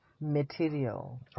material